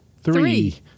three